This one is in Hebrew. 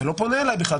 אתה לא פונה אליי בכלל,